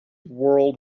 world